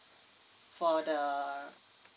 for the